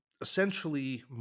essentially